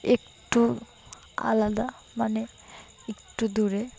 একটু আলাদা মানে একটু দূরে